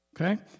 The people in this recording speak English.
okay